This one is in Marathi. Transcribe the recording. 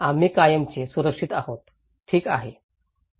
आम्ही कायमचे सुरक्षित आहोत ठीक आहे